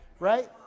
Right